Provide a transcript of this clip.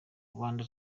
rwanda